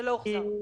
לא הוחזר.